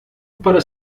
para